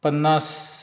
पन्नास